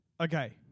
Okay